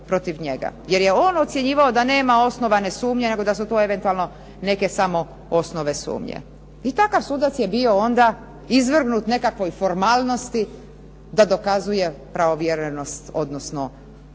jer je on ocjenjivao da nema osnovane sumnje, nego da su to eventualno neke samo osnove sumnje. I takav sudac je bio onda izvrgnut nekakvoj formalnosti da dokazuje …/Govornica se ne